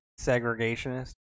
Segregationist